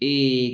एक